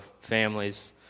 families